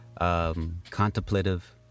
Contemplative